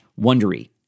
wondery